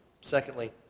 Secondly